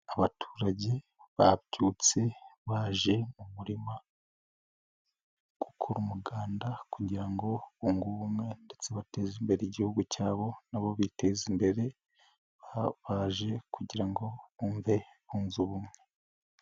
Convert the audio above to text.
Abaturage babyutse baje mu murima gukora umuganda kugira ngo bunge ubumwe ndetse bateze imbere igihugu cyabo nabo biteze imbere, babaje kugira ngo bumve bunze ubumwe.